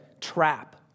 trap